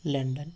London